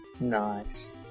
Nice